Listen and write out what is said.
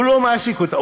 הוא לא מעסיק אותם.